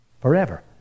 forever